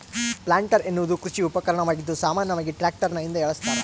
planter ಎನ್ನುವುದು ಕೃಷಿ ಉಪಕರಣವಾಗಿದ್ದು ಸಾಮಾನ್ಯವಾಗಿ ಟ್ರಾಕ್ಟರ್ನ ಹಿಂದೆ ಏಳಸ್ತರ